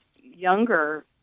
younger